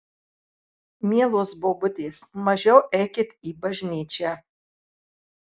mielos bobutės mažiau eikit į bažnyčią